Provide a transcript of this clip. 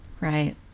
Right